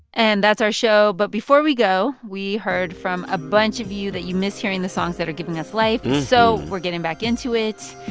and that's our show. but before we go, we heard from a bunch of you that you miss hearing the songs that are giving us life, so we're getting back into it.